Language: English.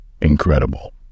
incredible